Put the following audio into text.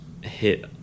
hit